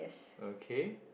okay